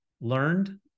learned